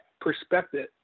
perspective